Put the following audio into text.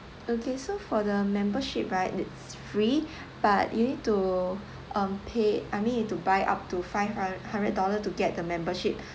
okay so for the membership right it's free but you need to um pay I mean you to buy up to five hun~ hundred dollar to get the membership